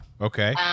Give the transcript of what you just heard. Okay